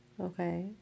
okay